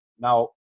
now